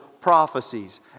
prophecies